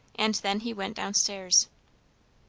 and then he went down-stairs.